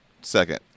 second